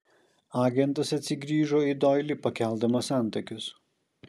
agentas atsigrįžo į doilį pakeldamas antakius